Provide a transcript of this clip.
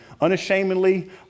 unashamedly